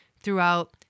throughout